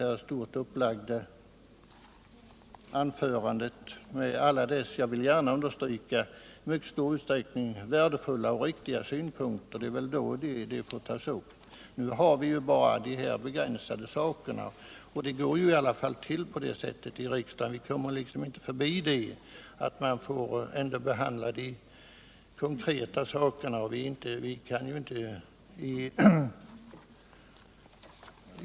När den behandlats där får vi ta upp alla de — jag vill gärna understryka det - värdefulla och riktiga synpunkter som Jörn Svensson framförde i sitt stort upplagda anförande. Vi får nu begränsa oss till att behandla de frågor som tagits upp i skatteutskottets betänkande. Vi kan ju inte komma ifrån att det går till på det sättet här i riksdagen att vi måste behandla de konkreta frågorna.